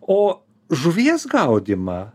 o žuvies gaudymą